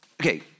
okay